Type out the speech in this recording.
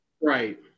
Right